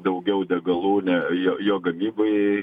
daugiau degalų ne jo jo gamybai